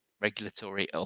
regulatory